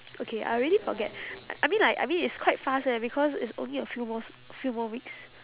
okay I already forget I I mean like I mean it's quite fast eh because it's only a few more s~ few more weeks